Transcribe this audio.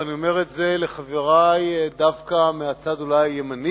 ואני אומר את זה לחברי דווקא מהצד הימני,